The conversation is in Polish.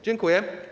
Dziękuję.